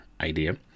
idea